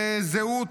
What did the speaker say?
לזהות,